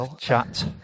chat